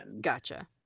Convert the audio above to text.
Gotcha